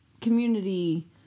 community